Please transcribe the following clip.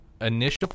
initial